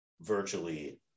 virtually